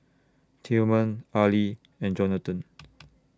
Tilman Ali and Jonathon